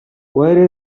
were